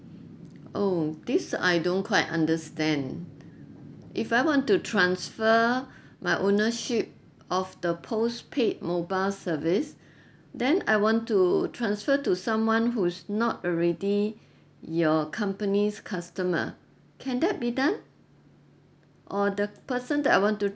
oh this I don't quite understand if I want to transfer my ownership of the postpaid mobile service then I want to transfer to someone who's not already your company's customer can that be done or the person that I want to